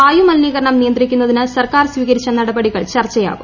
വായു മലിനീകരണം നിയന്ത്രിക്കുന്നതിന് സർക്കാർ സ്വീകരിച്ച നടപടികൾ ചർച്ചയാകും